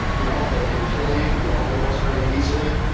you know they can kill you with an overdose very easily.